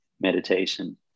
meditation